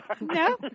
No